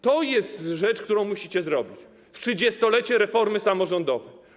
To jest rzecz, którą musicie zrobić w 30-lecie reformy samorządowej.